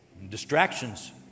distractions